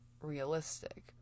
realistic